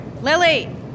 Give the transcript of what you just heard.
Lily